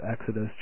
Exodus